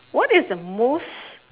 what is the most